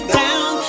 down